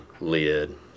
lid